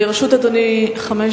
אני אחכה